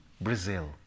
Brazil